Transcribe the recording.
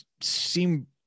seem